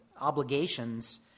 obligations